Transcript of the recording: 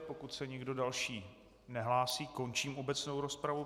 Pokud se nikdo další nehlásí, končím obecnou rozpravu.